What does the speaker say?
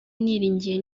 niringiye